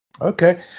Okay